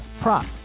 prop